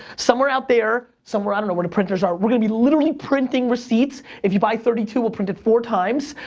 somewhere out there, somewhere, i dunno where the printers are, we're gonna be literally printing receipts. if you buy thirty two we'll print it four times,